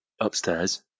upstairs